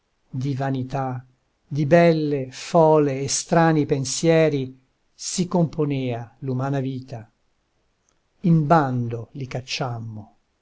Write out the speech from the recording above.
di vanità di belle fole e strani pensieri si componea l'umana vita in bando i cacciammo